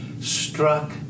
struck